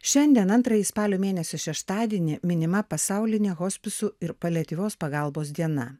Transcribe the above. šiandien antrąjį spalio mėnesio šeštadienį minima pasaulinė hospisų ir paliatyvios pagalbos diena